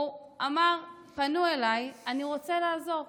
הוא אמר: פנו אליי, אני רוצה לעזור.